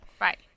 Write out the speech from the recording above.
right